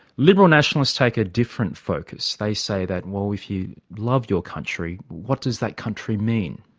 liberal nationalists take a different focus. they say that, well, if you love your country, what does that country mean?